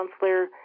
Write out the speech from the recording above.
counselor